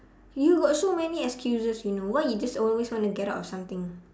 you got so many excuses you know why you just always wanna get out of something